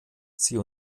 sie